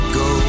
go